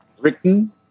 written